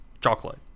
Chocolate